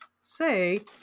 say